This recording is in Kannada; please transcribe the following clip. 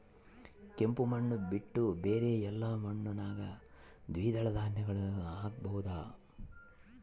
ಕೆಂಪು ಮಣ್ಣು ಬಿಟ್ಟು ಬೇರೆ ಎಲ್ಲಾ ಮಣ್ಣಿನಾಗ ದ್ವಿದಳ ಧಾನ್ಯಗಳನ್ನ ಹಾಕಬಹುದಾ?